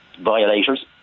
violators